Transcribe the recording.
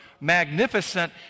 magnificent